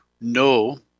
no